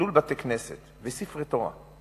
חילול בתי-כנסת וספרי תורה,